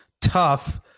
tough